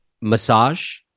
massage